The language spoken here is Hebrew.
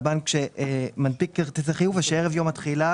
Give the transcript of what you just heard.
בנק שמנפיק כרטיסי חיוב ושערב יום התחילה